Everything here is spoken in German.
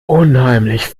unheimlich